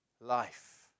life